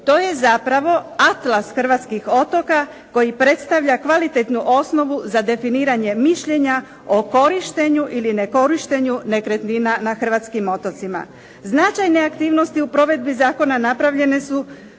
To je zapravo Atlas hrvatskih otoka koji predstavlja kvalitetnu osnovu za definiranje mišljenja o korištenju ili nekorištenju nekretnina na Hrvatskim otocima. Značajne aktivnosti u provedbi zakona napravljene su